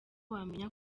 wamenya